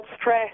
stress